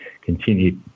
continue